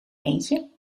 eendje